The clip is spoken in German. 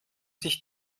sich